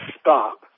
stop